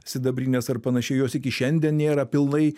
sidabrinės ar panašiai jos iki šiandien nėra pilnai